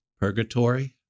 Purgatory